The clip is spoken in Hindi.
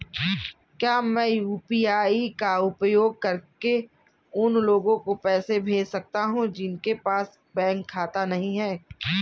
क्या मैं यू.पी.आई का उपयोग करके उन लोगों को पैसे भेज सकता हूँ जिनके पास बैंक खाता नहीं है?